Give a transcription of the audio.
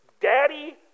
daddy